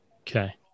Okay